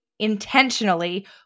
intentionally